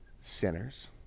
sinners